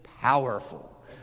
powerful